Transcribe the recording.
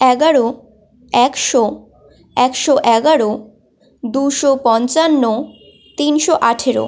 এগারো একশো একশো এগারো দুশো পঞ্চান্ন তিনশো আঠেরো